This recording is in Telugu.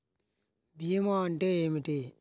భీమా అంటే ఏమిటి?